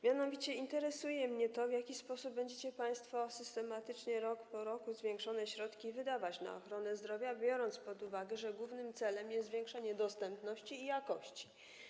Mianowicie interesuje mnie to, w jaki sposób będziecie państwo systematycznie, rok po roku, zwiększone środki wydawać na ochronę zdrowia, biorąc pod uwagę to, że głównym celem jest zwiększenie dostępności i poprawa jakości.